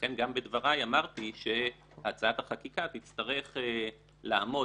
לכן גם בדברי אמרתי שהצעת החקיקה תצטרך לעמוד